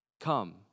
Come